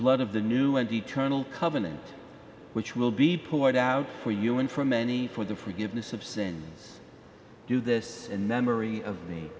blood of the new and eternal covenant which will be poured out for you and for many for the forgiveness of sins do this in memory of me